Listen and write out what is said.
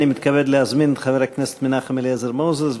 אני מתכבד להזמין את חבר הכנסת מנחם אליעזר מוזס.